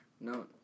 No